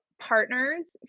partners